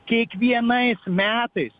kiekvienais metais